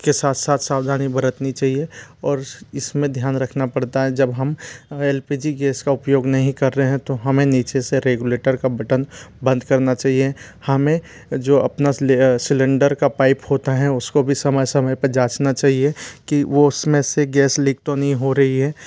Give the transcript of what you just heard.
के साथ साथ सावधानी बरतनी चाहिए और इस में ध्यान रखना पड़ता है जब हम एल पी जी गेस का उपयोग नहीं कर रहे हैं तो हमें नीचे से रेगुलेटर का बटन बंद करना चाहिए हमें जो अपना सिलेंडर का पाइप होता हैं उसको भी समय समय पर जाँचना चाहिए कि वो उस में से गैस लीक तो नहीं हो रही है